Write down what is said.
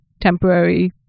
temporary